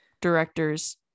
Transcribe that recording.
directors